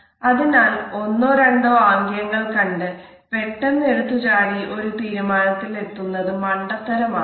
എന്നാൽ നമുക്ക് ഒരു ചെറിയ വശം മാത്രം പഠിച്ചു തിരക്കിട്ടു ഒരു നിശ്ചിത അർത്ഥത്തിൽ എത്താതിരിക്കാൻ ശ്രമിക്കാം